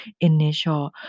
initial